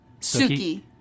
Suki